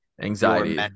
anxiety